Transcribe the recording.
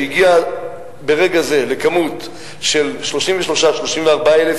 שהגיע ברגע זה לכמות של 33,000 34,000,